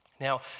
Now